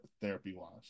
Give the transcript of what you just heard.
therapy-wise